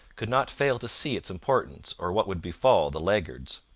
could not fail to see its importance or what would befall the laggards.